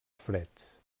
freds